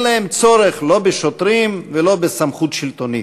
להם צורך לא בשוטרים ולא בסמכות שלטונית.